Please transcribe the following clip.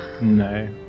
No